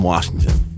Washington